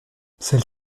celle